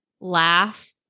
laugh